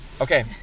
Okay